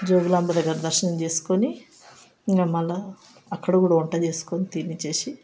జోగులాంబ దగ్గర దర్శనం చేసుకుని ఇక మళ్ళా అక్కడ కూడా వంట చేసుకుని తిని చేసి